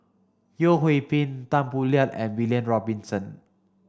Yeo Hwee Bin Tan Boo Liat and William Robinson